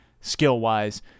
skill-wise